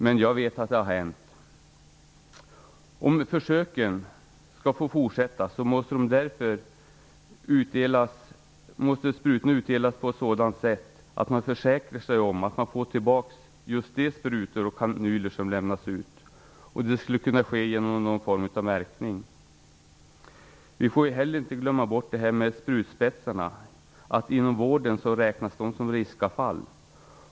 Men jag vet att det har hänt. Om försöken skall få fortsätta måste sprutorna utdelas på ett sådant sätt att man försäkrar sig om att man får tillbaka just de sprutor och kanyler som har lämnats ut. Det skulle kunna ske genom någon form av märkning. Vi får inte heller glömma bort sprutspetsarna. Inom vården räknas de som riskavfall.